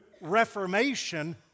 reformation